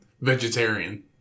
Vegetarian